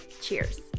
Cheers